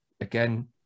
again